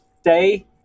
stay